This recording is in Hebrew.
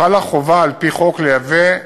חלה חובה על-פי חוק לייבא,